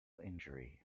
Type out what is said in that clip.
injury